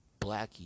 blackie